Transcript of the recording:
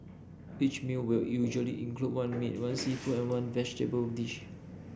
each meal will usually include one meat one seafood and one vegetable dish